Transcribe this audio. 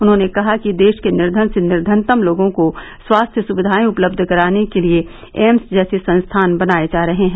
उन्होंने कहा कि देश के निर्धन से निर्धनतम लोगों को स्वास्थ्य सुविधायें उपलब्ध कराने के लिए एम्स जैसे संस्थान बनाए जा रहे हैं